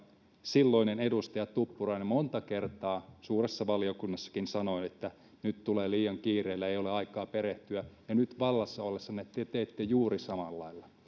silloinen edustaja tuppurainen monta kertaa suuressa valiokunnassakin sanoi että nyt tulee liian kiireellä ei ole aikaa perehtyä ja nyt vallassa ollessanne te teette juuri samalla lailla